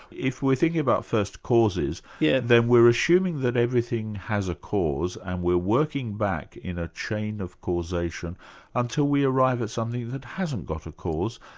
if we're thinking about first causes, yeah then we're assuming that everything has a cause and we're working back in a chain of causation until we arrive at something that hasn't got a cause,